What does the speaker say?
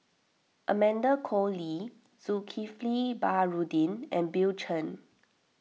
Amanda Koe Lee Zulkifli Baharudin and Bill Chen